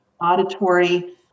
auditory